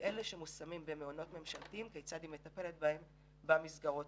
ולגבי אלה שמושמים במעונות ממשלתיים - כיצד היא מטפלת בהם במסגרות